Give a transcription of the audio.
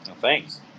Thanks